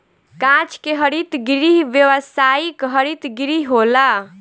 कांच के हरित गृह व्यावसायिक हरित गृह होला